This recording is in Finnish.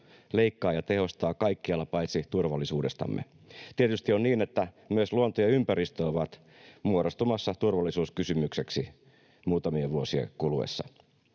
leikkaa ja tehostaa kaikkialta paitsi turvallisuudestamme. Tietysti on niin, että myös luonto ja ympäristö ovat muodostumassa turvallisuuskysymykseksi muutamien vuosien kuluessa.